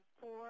four